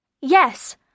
Yes